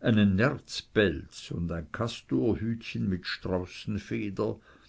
einen nerzpelz und ein kastorhütchen mit straußenfeder